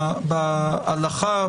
בהלכה,